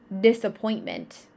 disappointment